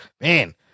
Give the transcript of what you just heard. man